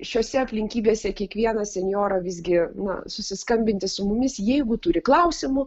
šiose aplinkybėse kiekvieną senjorą visgi na susiskambinti su mumis jeigu turi klausimų